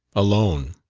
alone.